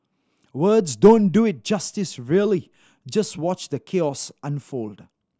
words don't do it justice really just watch the chaos unfold